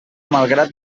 malgrat